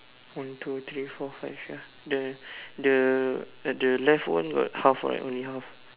one two three four five ya the the the left one got half right only half